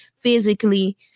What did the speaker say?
physically